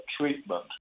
treatment